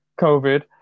COVID